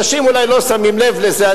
אנשים אולי לא שמים לב לזה,